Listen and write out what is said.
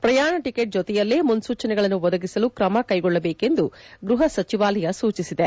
ಪ್ರಯಾಣ ಟಿಕೆಟ್ ಜೊತೆಯಲ್ಲೇ ಮುನ್ಲೂಚನೆಗಳನ್ನು ಒದಗಿಸಲು ಕ್ರಮ ಕೈಗೊಳ್ಟಬೇಕು ಎಂದು ಗ್ಲಹ ಸಚಿವಾಲಯ ಸೂಚಿಸಿದೆ